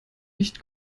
nicht